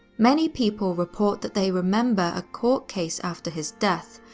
many people report that they remember a court case after his death,